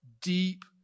deep